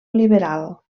liberal